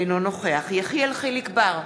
אינו נוכח יחיאל חיליק בר,